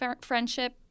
friendship